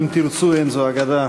ואם תרצו אין זו אגדה,